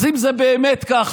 אז אם זה באמת ככה,